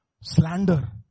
slander